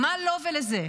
מה לו ולזה?